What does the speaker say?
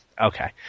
Okay